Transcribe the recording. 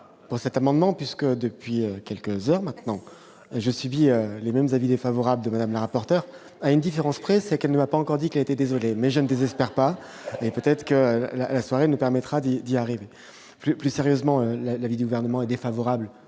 Lamure cet amendement, puisque depuis quelques heures maintenant, j'ai subi les mêmes avis défavorable de Madame la rapporteur à une différence près: c'est qu'elle ne va pas encore dit qu'elle était désolée mais je ne désespère pas et peut-être que la soirée ne permettra de diarrhée plus sérieusement la l'idée ouvertement et défavorable